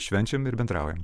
švenčiam ir bendraujam